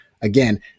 again